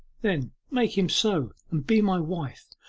then make him so, and be my wife!